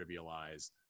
trivialize